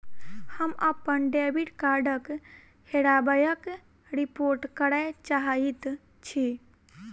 हम अप्पन डेबिट कार्डक हेराबयक रिपोर्ट करय चाहइत छि